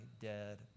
dead